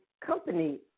company